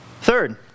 Third